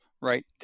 Right